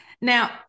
Now